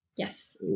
Yes